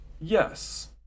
Yes